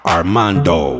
Armando